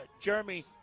Jeremy